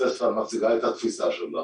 את התפיסה שלה,